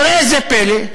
וראה זה פלא,